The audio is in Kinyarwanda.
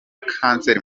kanseri